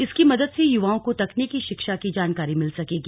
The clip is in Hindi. इसकी मदद से युवाओं को तकनीकी शिक्षा की जानकारी मिल सकेगी